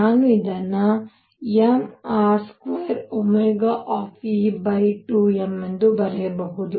ನಾನು ಇದನ್ನು mR2e2mಎಂದು ಬರೆಯಬಹುದು